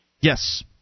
Yes